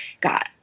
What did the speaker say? got